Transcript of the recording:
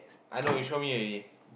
I know you show me already